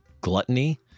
gluttony